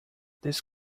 this